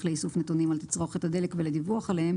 לאיסוף נתונים על תצרוכת הדלק ולדיווח עליהם,